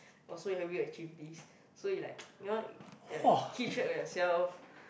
oh so you have you achieved this so you like you know you like keep track of yourself